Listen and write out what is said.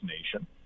nation